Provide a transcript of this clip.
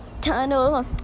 tunnel